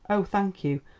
oh, thank you,